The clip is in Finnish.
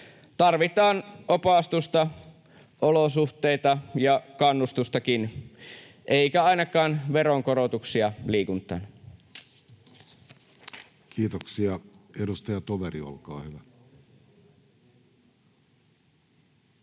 Tarvitaan opastusta, olosuhteita ja kannustustakin eikä ainakaan veronkorotuksia liikuntaan. [Speech 126] Speaker: